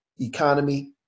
economy